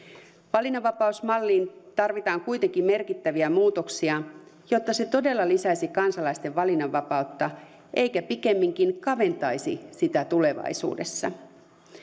valinnanvapausmalliin tarvitaan kuitenkin merkittäviä muutoksia jotta se todella lisäisi kansalaisten valinnanvapautta eikä pikemminkin kaventaisi sitä tulevaisuudessa